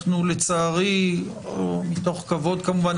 אנחנו לצערי מתוך כבוד כמובן,